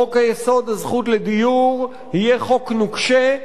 חוק-היסוד: הזכות לדיור, יהיה חוק נוקשה,